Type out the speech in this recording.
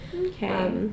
Okay